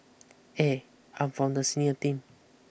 eh I'm from the senior team